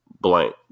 blank